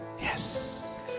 Yes